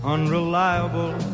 Unreliable